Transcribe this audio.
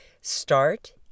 Start